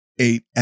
eight